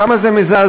כמה זה מזעזע,